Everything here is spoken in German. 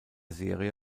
serie